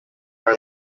are